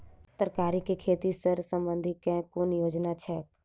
तरकारी केँ खेती सऽ संबंधित केँ कुन योजना छैक?